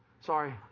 Sorry